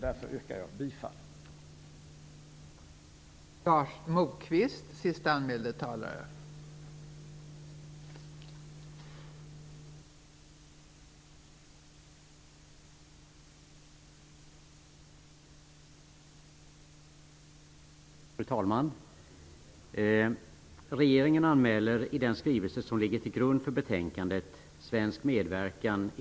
Därför yrkar jag bifall till utskottets hemställan.